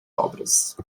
obras